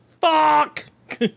fuck